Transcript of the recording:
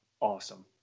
Awesome